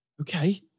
Okay